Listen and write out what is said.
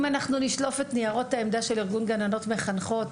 אם נשלוף את ניירות העמדה שלארגון גננות מחנכות,